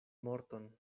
morton